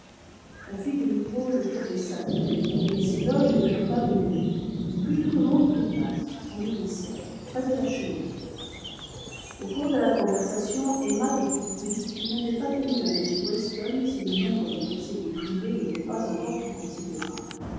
on fit de nouveau le tour des salons et les éloges ne furent pas ménagés puis tout le monde prit place en demi-cercle près de la cheminée au cours de la conversation emma découvrit qu'il n'avait pas tenu à m weston si le nombre des conseillers privés n'était pas encore plus considérable